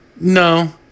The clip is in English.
No